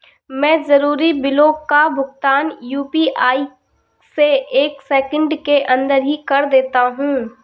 मैं जरूरी बिलों का भुगतान यू.पी.आई से एक सेकेंड के अंदर ही कर देता हूं